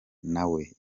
nawe